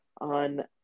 on